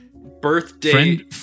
Birthday